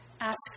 ask